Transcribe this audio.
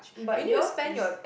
but yours is